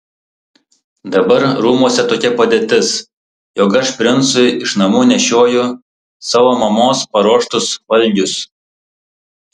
dabar rūmuose tokia padėtis jog aš princui iš namų nešioju savo mamos paruoštus valgius